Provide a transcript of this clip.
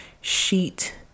sheet